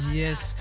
yes